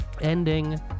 ending